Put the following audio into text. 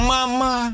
Mama